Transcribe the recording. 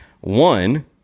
One